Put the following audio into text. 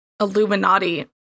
Illuminati